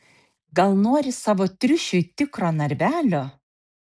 gal nori savo triušiui tikro narvelio